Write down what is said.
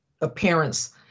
appearance